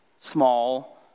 small